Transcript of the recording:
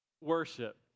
Worship